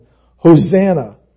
Hosanna